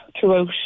throughout